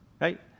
Right